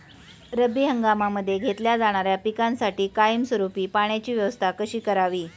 रब्बी हंगामामध्ये घेतल्या जाणाऱ्या पिकांसाठी कायमस्वरूपी पाण्याची व्यवस्था कशी करावी?